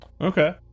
okay